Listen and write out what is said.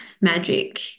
magic